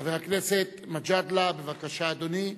חבר הכנסת מג'אדלה, בבקשה, אדוני,